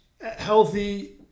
Healthy